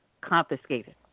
confiscated